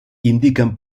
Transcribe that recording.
indiquen